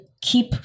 keep